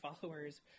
followers